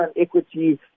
equity